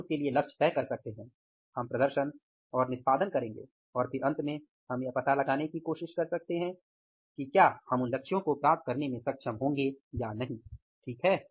हम उसके लिए लक्ष्य तय कर सकते हैं हम प्रदर्शन और निष्पादन करेंगे और फिर अंत में हम यह पता लगाने की कोशिश कर सकते हैं कि क्या हम उन लक्ष्यों को प्राप्त करने में सक्षम होंगे या नहीं ठीक है